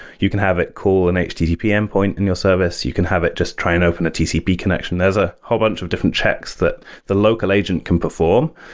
you can have it call an httpm point in your service. you can have it just try and open a tcp connection. there's a whole bunch of different checks that the local agent can perform.